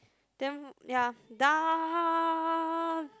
then ya done